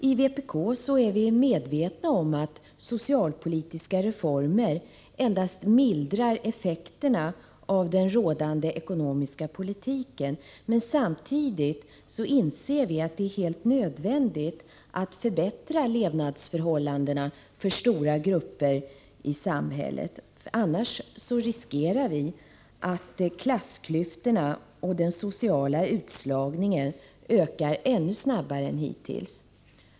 I vpk är vi medvetna om att socialpolitiska reformer endast mildrar effekterna av rådande ekonomiska politik. Men samtidigt inser vi att det är helt nödvändigt att förbättra levnadsförhållandena för stora grupper i samhället. Annars riskerar vi att klassklyftorna och den sociala utslagningen ökar ännu snabbare än hittills.